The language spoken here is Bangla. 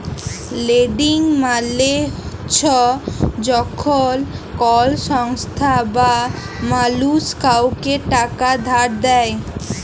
লেন্ডিং মালে চ্ছ যখল কল সংস্থা বা মালুস কাওকে টাকা ধার দেয়